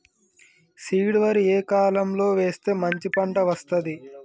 Seed వరి ఏ కాలం లో వేస్తే మంచి పంట వస్తది?